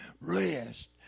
rest